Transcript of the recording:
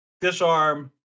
disarm